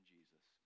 Jesus